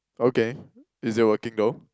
okay is it working though